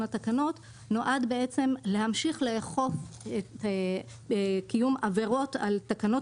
התקנות נועד בעצם להמשיך לאכוף קיום עבירות על תקנות